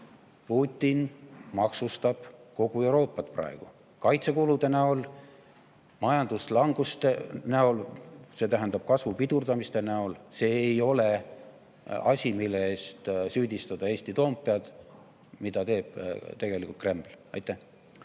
Putin maksustab kogu Euroopat praegu kaitsekulude näol, majanduslanguse näol, see tähendab kasvu pidurdamise näol. See ei ole asi, milles [tuleks] süüdistada Eesti Toompead. Seda teeb tegelikult Kreml.